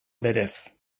berez